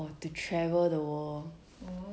or to travel the world